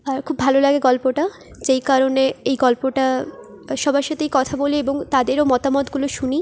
আর খুব ভালো লাগে গল্পটা যেই কারণে এই গল্পটা সবার সাথেই কথা বলি এবং তাদেরও মতামতগুলো শুনি